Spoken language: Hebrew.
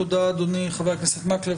אדוני חבר הכנסת מקלב,